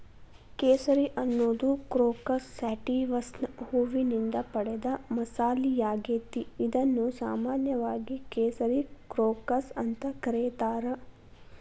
ಕೇಸರಿ ಅನ್ನೋದು ಕ್ರೋಕಸ್ ಸ್ಯಾಟಿವಸ್ನ ಹೂವಿನಿಂದ ಪಡೆದ ಮಸಾಲಿಯಾಗೇತಿ, ಇದನ್ನು ಸಾಮಾನ್ಯವಾಗಿ ಕೇಸರಿ ಕ್ರೋಕಸ್ ಅಂತ ಕರೇತಾರ